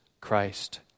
Christ